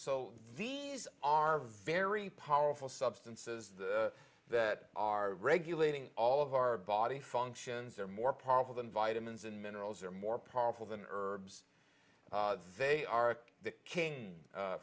these are very powerful substances that are regulating all of our body functions are more powerful than vitamins and minerals are more powerful than herbs they are the king